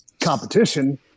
competition